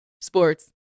Sports